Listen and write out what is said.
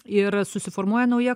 ir susiformuoja nauja